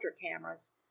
cameras